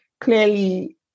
clearly